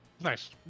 nice